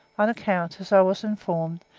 on account, as i was informed,